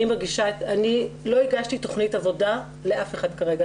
אני לא הגשתי תכנית עבודה לאף אחד כרגע.